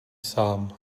sám